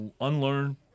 unlearn